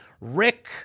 Rick